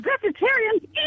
vegetarian